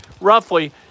roughly